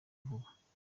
vuba